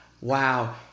Wow